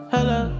Hello